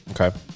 Okay